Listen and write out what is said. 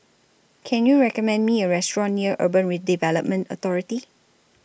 Can YOU recommend Me A Restaurant near Urban Redevelopment Authority